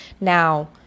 now